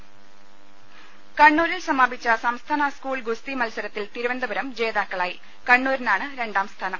ലലലലലലലലലലലല കണ്ണൂിൽ സമാപിച്ച സംസ്ഥാന സ്കൂൾ ഗൂസ്തി മത്സരത്തിൽ തിരുവന്തപുരം ജേതാക്കളായി കണ്ണൂരിനാണ് രണ്ടാം സ്ഥാനം